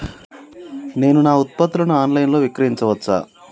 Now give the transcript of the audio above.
నేను నా ఉత్పత్తులను ఆన్ లైన్ లో విక్రయించచ్చా?